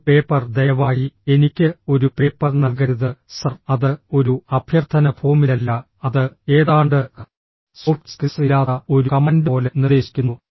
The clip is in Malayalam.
ഒരു പേപ്പർ ദയവായി എനിക്ക് ഒരു പേപ്പർ നൽകരുത് സർ അത് ഒരു അഭ്യർത്ഥന ഫോമിലല്ല അത് ഏതാണ്ട് സോഫ്റ്റ് സ്കിൽസ് ഇല്ലാത്ത ഒരു കമാൻഡ് പോലെ നിർദ്ദേശിക്കുന്നു